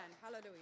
Hallelujah